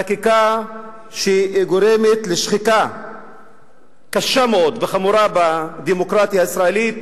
על רקע חקיקה שגורמת לשחיקה קשה וחמורה מאוד בדמוקרטיה הישראלית.